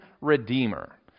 redeemer